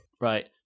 Right